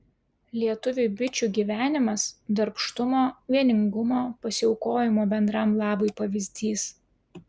lietuviui bičių gyvenimas darbštumo vieningumo pasiaukojimo bendram labui pavyzdys